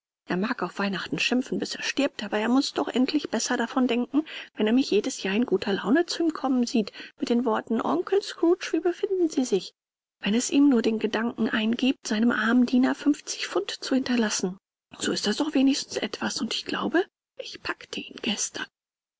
er mag auf weihnachten schimpfen bis er stirbt aber er muß doch endlich besser davon denken wenn er mich jedes jahr in guter laune zu ihm kommen sieht mit den worten onkel scrooge wie befinden sie sich wenn es ihm nur den gedanken eingiebt seinem armen diener fünfzig pfund zu hinterlassen so ist das doch wenigstens etwas und ich glaube ich packte ihn gestern